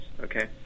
Okay